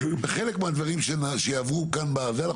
בחלק מהדברים שיעברו כאן בוועדה,